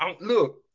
Look